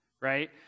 Right